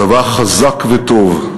הצבא חזק וטוב,